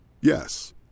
Yes